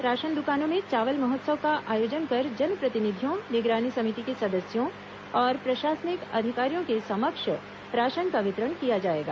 ration दुकानों में चावल महोत्सव का आयोजन कर जन प्रतिनिधियों निगरानी समिति के सदस्यों और प्र शासनिक अधिकारियों के समक्ष राशन का वितरण किया जाएगा